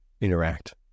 interact